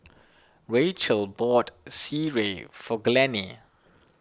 Racheal bought Sireh for Glennie